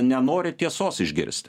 nenori tiesos išgirsti